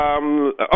Okay